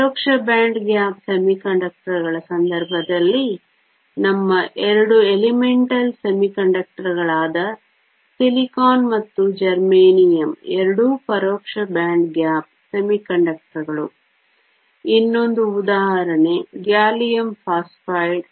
ಪರೋಕ್ಷ band gap ಅರೆವಾಹಕಗಳ ಸಂದರ್ಭದಲ್ಲಿ ನಮ್ಮ ಎರಡು ಮೂಲಭೂತ ಅರೆವಾಹಕಗಳಾದ ಸಿಲಿಕಾನ್ ಮತ್ತು ಜರ್ಮೇನಿಯಂ ಎರಡೂ ಪರೋಕ್ಷ ಬ್ಯಾಂಡ್ ಗ್ಯಾಪ್ ಅರೆವಾಹಕಗಳು ಇನ್ನೊಂದು ಉದಾಹರಣೆ ಗ್ಯಾಲಿಯಂ ಫಾಸ್ಫೈಡ್